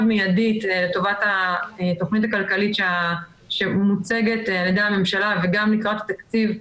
מיידית לטובת התוכנית הכלכלית שמוצגת על ידי הממשלה וגם לקראת התקציב,